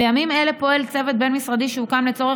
בימים אלה פועל צוות בין-משרדי שהוקם לצורך